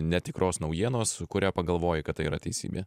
netikros naujienos su kuria pagalvojai kad tai yra teisybė